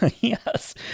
Yes